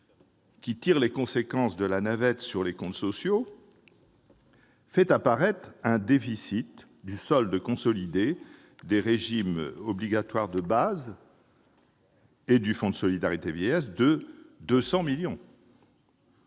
qui tire les conséquences de la navette sur les comptes sociaux, fait apparaître un déficit du solde consolidé des régimes obligatoires de base et du Fonds de solidarité vieillesse, le FSV, de 200 millions